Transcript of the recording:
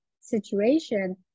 situation